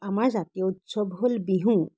আমাৰ জাতীয় উৎসৱ হ'ল বিহু